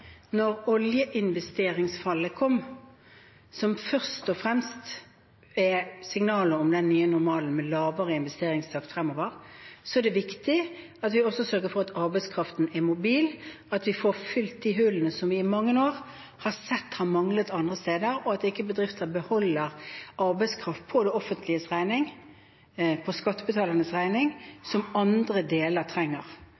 Når oljeinvesteringsfallet kom, som først og fremst er signaler om den nye normalen med lavere investeringstakt fremover, er det viktig at vi også sørger for at arbeidskraften er mobil, og at vi får fylt de hullene som vi i mange år har sett har manglet det andre steder, og at ikke bedrifter beholder arbeidskraft på det offentliges regning, på skattebetalernes regning, som andre deler trenger.